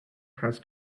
has